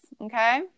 Okay